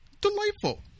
delightful